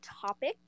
topic